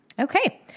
Okay